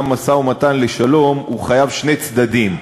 גם משא-ומתן לשלום חייב שני צדדים.